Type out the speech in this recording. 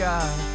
God